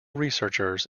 researchers